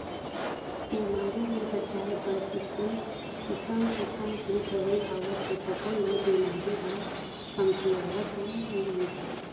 बेमारी ले बचाए बर किसम किसम के दवई आवत हे तभो ले बेमारी ह कमतीयावतन नइ हे